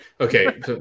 okay